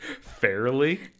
fairly